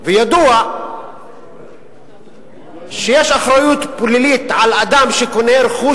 וידוע שיש אחריות פלילית על אדם שקונה רכוש